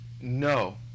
no